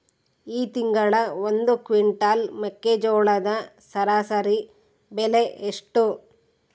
ಈ ತಿಂಗಳ ಒಂದು ಕ್ವಿಂಟಾಲ್ ಮೆಕ್ಕೆಜೋಳದ ಸರಾಸರಿ ಬೆಲೆ ಎಷ್ಟು?